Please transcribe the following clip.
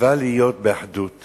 מצווה להיות באחדות